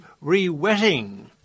re-wetting